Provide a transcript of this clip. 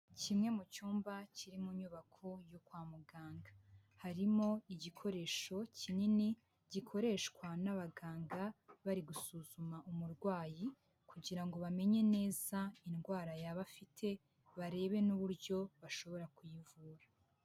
Kimwe mu cyumba kiri mu nyubako yo kwa muganga harimo igikoresho kinini gikoreshwa n'abaganga bari gusuzuma umurwayi kugira ngo bamenye neza indwara yaba afite barebe n'uburyo bashobora kuyivura.